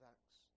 Acts